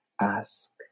ask